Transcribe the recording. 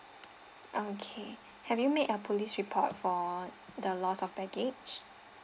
okay have you made a police report for the lost of baggage